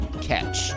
catch